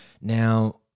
Now